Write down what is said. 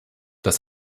das